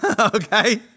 Okay